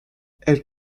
elle